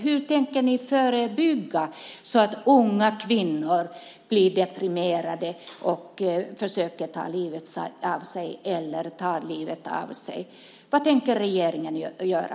Hur tänker ni förebygga att unga kvinnor blir deprimerade och försöker ta livet av sig, eller tar livet av sig? Vad tänker regeringen göra?